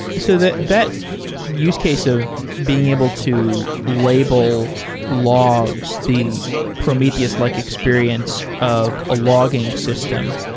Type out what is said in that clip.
so that that use case of being able to label logs, the prometheus-like experience of a logging system,